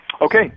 Okay